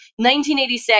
1986